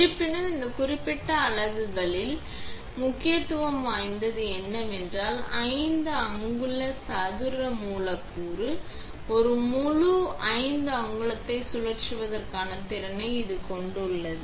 இருப்பினும் இந்த குறிப்பிட்ட அலகுகளில் முக்கியத்துவம் வாய்ந்தது என்னவென்றால் 5 அங்குல சதுர மூலக்கூறு ஒரு முழு 5 அங்குலத்தை சுழற்றுவதற்கான திறனை இது கொண்டுள்ளது